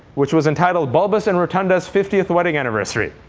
which was entitled bulbous and rotunda's fiftieth wedding anniversary.